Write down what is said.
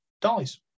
dies